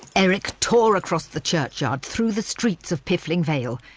eric tore across the churchyard through the streets of piffling vale.